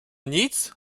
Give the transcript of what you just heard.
nic